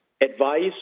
advice